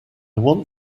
want